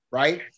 right